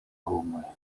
homoj